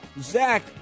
Zach